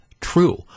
true